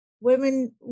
women